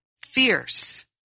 fierce